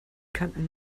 kanten